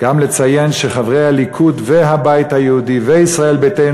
וגם לציין שחברי הליכוד והבית היהודי וישראל ביתנו